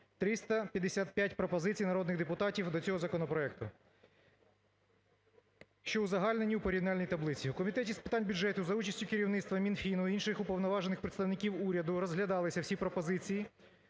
355 пропозицій народних депутатів до цього законопроекту, що узагальнені в порівняльній таблиці. В Комітеті з питань бюджету за участі керівництва Мінфіну і інших уповноважених представників уряду розглядалися всі пропозиції,